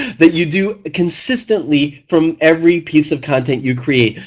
that you do consistently from every piece of content you create,